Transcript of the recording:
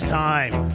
time